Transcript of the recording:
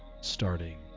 starting